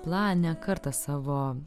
plan kartą savo